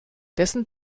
dessen